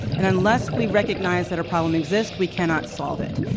and unless we recognize that a problem exists, we cannot solve it.